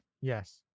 Yes